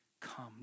come